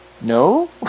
No